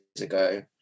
ago